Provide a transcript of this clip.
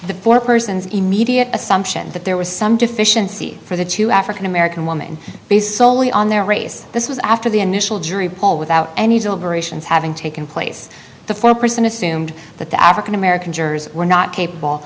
the four persons immediate assumption that there was some deficiency for the two african american woman based solely on their race this was after the initial jury pool without any deliberations having taken place the foreperson assumed that the african american jurors were not capable